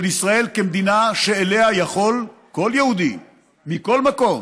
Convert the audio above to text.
ישראל כמדינה שאליה יכול כל יהודי מכל מקום,